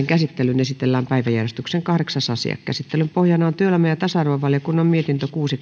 käsittelyyn esitellään päiväjärjestyksen kahdeksas asia käsittelyn pohjana on työelämä ja tasa arvovaliokunnan mietintö kuusi